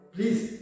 Please